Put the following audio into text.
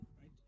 right